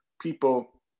people